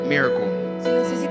Miracle